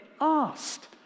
asked